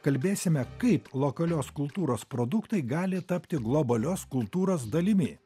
kalbėsime kaip lokalios kultūros produktai gali tapti globalios kultūros dalimi